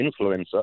influencer